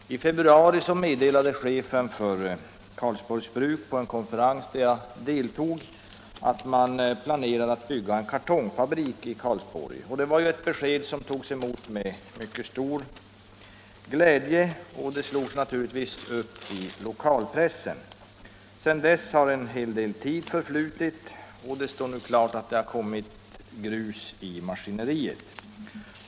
I februari meddelade chefen för Karlsborgs Bruk på en konferens, där jag deltog, att man planerade att bygga en kartongfabrik i Karlsborg. Det var ett besked som togs emot med mycket stor glädje, och det slogs naturligtvis upp i lokalpressen. Sedan dess har en hel del tid förflutit, och det står nu klart att det har kommit grus i maskineriet.